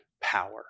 power